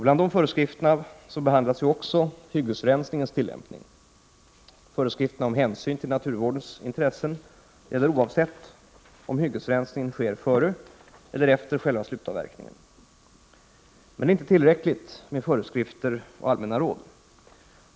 Bland föreskrifterna behandlas också hyggesrensningens tillämpning. Föreskrifterna om hänsyn till naturvårdens intressen gäller oavsett om hyggesrensningen sker före eller efter själva slutavverkningen. Men det är inte tillräckligt med föreskrifter och allmänna råd.